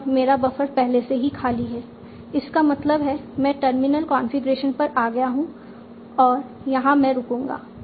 तो अब मेरा बफर पहले से ही खाली है इसका मतलब है मैं टर्मिनल कॉन्फ़िगरेशन पर आ गया हूं और यहां मैं रुकूंगा